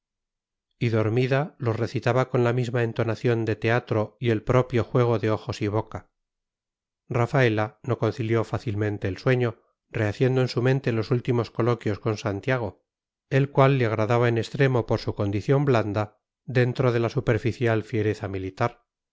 y dormida los recitaba con la misma entonación de teatro y el propio juego de ojos y boca rafaela no concilió fácilmente el sueño rehaciendo en su mente los últimos coloquios con santiago el cual le agradaba en extremo por su condición blanda dentro de la superficial fiereza militar